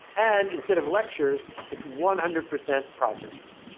and instead of lectures, it's one hundred percent projects.